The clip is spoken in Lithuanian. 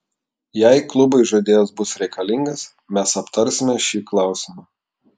jei klubui žaidėjas bus reikalingas mes aptarsime šį klausimą